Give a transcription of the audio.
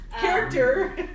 Character